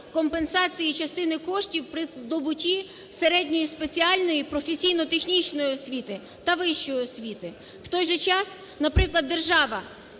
компенсації частини коштів при здобутті середньої спеціальної професійно-технічної освіти та вищої освіти. В той же час, наприклад, держава